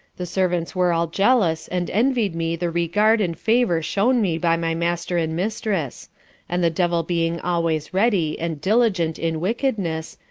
the servants were all jealous, and envied me the regard, and favour shewn me by my master and mistress and the devil being always ready, and diligent in wickedness,